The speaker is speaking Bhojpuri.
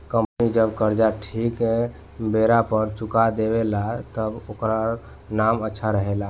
कंपनी जब कर्जा ठीक बेरा पर चुका देवे ला तब ओकर नाम अच्छा से रहेला